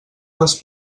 les